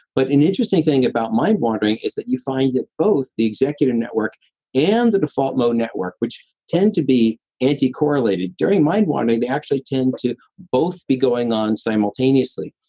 but an interesting thing about mind-wandering is that you find that both the executive network and the default mode network, which tend to be anticorrelated during mind-wandering, they actually tend to both be going on simultaneously.